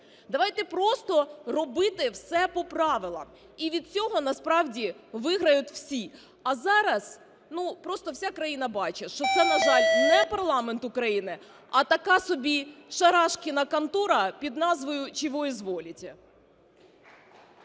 Давайте просто робити все по правилах. І від цього насправді виграють всі. А зараз, ну, просто вся країна бачить, що це, на жаль, не парламент України, а така собі шарашкіна контора під назвою "чего изволите?"